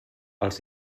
els